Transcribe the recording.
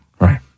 Right